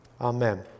Amen